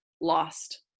lost